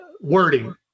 wording